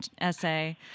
essay